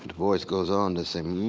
du bois goes on to say.